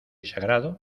sagrado